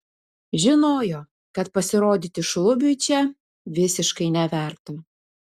žinojo kad pasirodyti šlubiui čia visiškai neverta